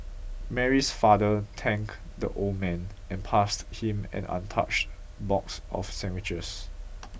Mary's father thanked the old man and passed him an untouched box of sandwiches